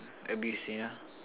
abused you know